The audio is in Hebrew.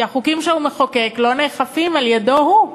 כי החוקים שהוא מחוקק לא נאכפים על-ידו הוא.